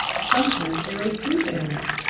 sometimes they raise two families.